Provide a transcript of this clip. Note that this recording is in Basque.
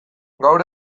gaur